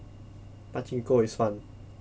pachinko is fun